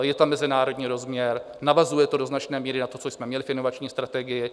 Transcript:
Je tam mezinárodní rozměr, navazuje to do značné míry na to, co jsme měli v inovační strategii.